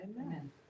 Amen